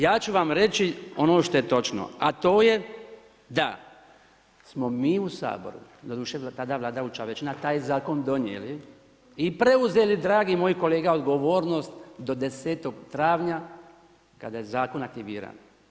Ja ću vam reći ono što je točno, a to je da smo mi u Saboru, doduše tada vladajuća većina taj Zakon donijeli i preuzeli, dragi moji kolega odgovornost do 10. travnja kada je Zakon aktiviran.